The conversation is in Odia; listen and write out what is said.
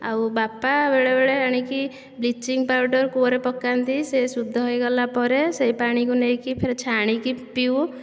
ଆଉ ବାପା ବେଳେବେଳେ ଆଣିକି ବ୍ଲିଚିଙ୍ଗ୍ ପାଉଡ଼ର୍ କୂଅରେ ପକାନ୍ତି ସେ ଶୁଦ୍ଧ ହୋଇଗଲାପରେ ସେହି ପାଣିକୁ ନେଇକି ଫେର ଛାଣିକି ପିଉ